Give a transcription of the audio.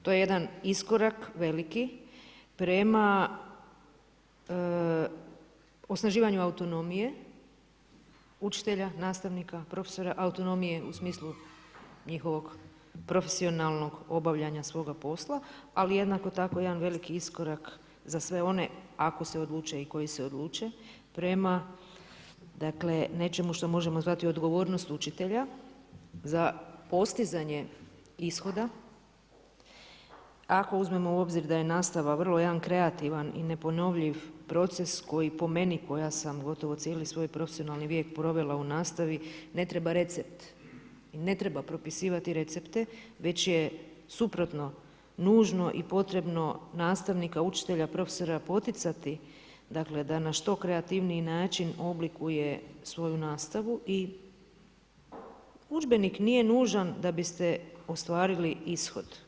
To je jedan iskorak veliki prema osnaživanju autonomije učitelja, nastavnika, profesora autonomije u smislu profesionalnog obavljanja svoga posla, ali jednako tako jedan veliki iskorak za sve one, ako se odluče, koji se odluče, prema nečemu što možemo zvati odgovornost učitelja za postizanje ishoda, ako uzmemo u obzir da je nastava vrlo jedan kreativan i neponovljiv proces koji po meni koja sam gotovo cijeli svoj profesionalni vijek provela u nastavi, ne treba recept, ne treba propisivati recepte, već je suprotno nužno i potrebno nastavnika, učitelja, profesora poticati da na što kreativniji način oblikuje svoju nastavu i udžbenik nije nužan da biste ostvarili ishod.